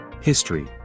History